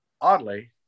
oddly